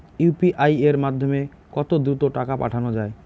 UPI এর মাধ্যমে কত দ্রুত টাকা পাঠানো যায়?